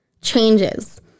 changes